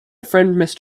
friend